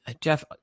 Jeff